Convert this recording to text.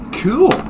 cool